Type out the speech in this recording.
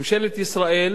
ממשלת ישראל,